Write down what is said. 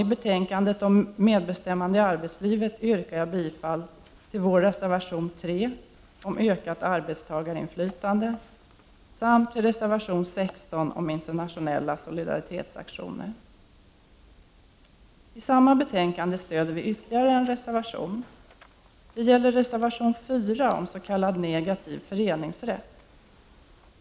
I betänkandet om medbestämmande i arbetslivet yrkar jag bifall till reservation 3 om ökat arbetstagarinflytande samt till reservation 16 om internationella solidaritetsaktioner. I samma betänkande stöder vi ytterligare en reservation. Det gäller reservation 4 om s.k. negativ föreningsrätt.